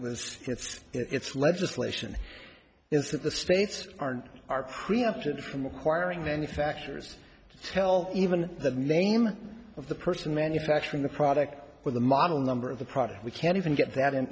was it's legislation is that the states aren't are created from acquiring manufacturers to tell even the name of the person manufacturing the product with the model number of the product we can't even get that